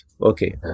okay